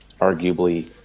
Arguably